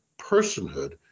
personhood